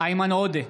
איימן עודה,